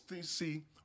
see